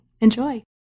Enjoy